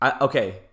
Okay